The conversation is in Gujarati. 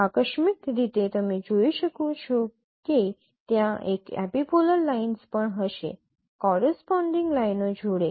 આકસ્મિક રીતે તમે જોઈ શકો છો કે ત્યાં એક એપિપોલર લાઈન્સ પણ હશે કોરેસપોન્ડિંગ લાઇનો જોડે